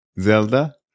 Zelda